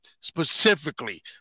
specifically